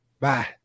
Bye